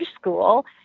school